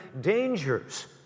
dangers